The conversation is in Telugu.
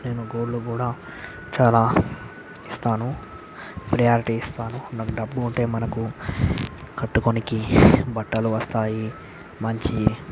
నేను గోల్డ్ కూడా చాలా ఇస్తాను ప్రియారిటీ ఇస్తాను నాకు డబ్బు ఉంటే మనకు కట్టుకునేకి బట్టలు వస్తాయి మంచి